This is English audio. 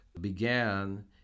began